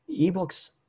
EBooks